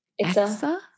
Exa